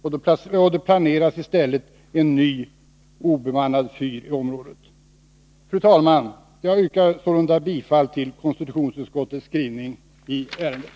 En ny obemannad fyr planeras nämligen i området. Fru talman! Jag yrkar sålunda bifall till konstitutionsutskottets skrivning i ärendet.